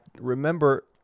Remember